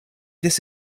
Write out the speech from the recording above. this